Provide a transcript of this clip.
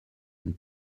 une